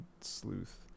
Sleuth